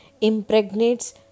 impregnates